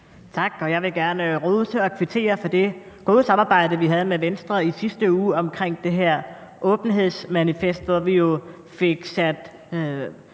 Tak. Jeg vil gerne rose og kvittere for det gode samarbejde, som vi havde med Venstre i sidste uge omkring det her åbenhedsmanifest, hvor vi jo fik sat